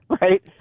Right